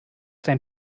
dein